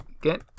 Get